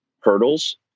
hurdles